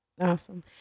awesome